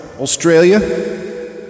Australia